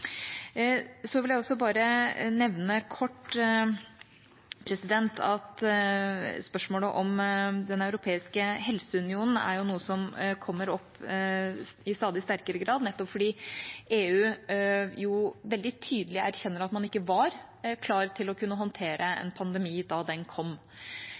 Så vil jeg også bare nevne kort at spørsmålet om den europeiske helseunionen er noe som kommer opp i stadig sterkere grad, nettopp fordi EU jo veldig tydelig erkjenner at man ikke var klar til å kunne håndtere en pandemi da den kom.